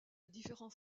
différence